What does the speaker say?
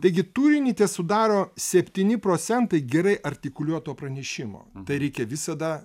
taigi turinį tesudaro septyni procentai gerai artikuliuoto pranešimo tai reikia visada